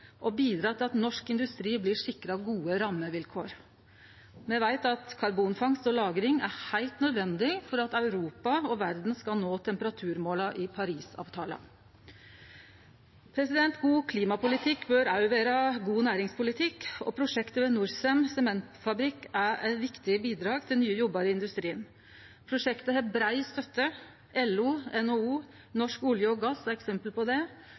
bidra til at norsk industri blir sikra gode rammevilkår. Me veit at karbonfangst og lagring er heilt nødvendig for at Europa og verda skal nå temperaturmåla i Parisavtalen. God klimapolitikk bør òg vere god næringspolitikk, og prosjektet ved Norcem sementfabrikk er eit viktig bidrag til nye jobbar i industrien. Prosjektet har brei støtte. LO, NHO og Norsk olje og gass er eksempel på det,